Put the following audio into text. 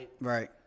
Right